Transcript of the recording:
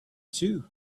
too